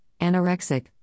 anorexic